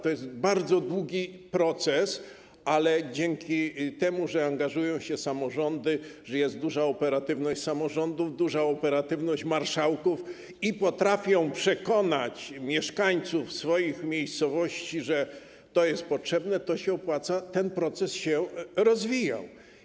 To jest bardzo długi proces, ale dzięki temu, że angażują się samorządy, że jest duża operatywność samorządów, duża operatywność marszałków, którzy potrafią przekonać mieszkańców swoich miejscowości, że to jest potrzebne, to się opłaca, ten proces się rozwijał.